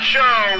Show